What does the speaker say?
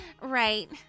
Right